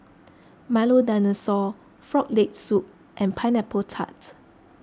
Milo Dinosaur Frog Leg Soup and Pineapple Tart